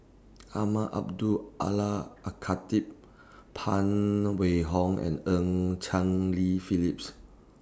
Umar Allah A Khatib Phan Wait Hong and EU Cheng Li Phillips